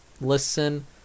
Listen